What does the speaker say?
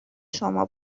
شما